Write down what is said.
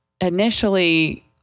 initially